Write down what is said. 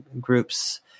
groups